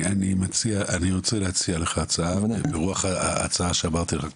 אני רוצה להציע לך הצעה ברוח ההצעה שאמרתי לך קודם.